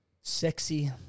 Sexy